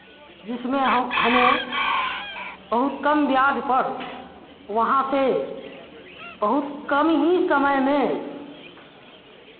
जिसमें हम हमें बहुत कम ब्याज पर वहाँ से बहुत कम ही समय में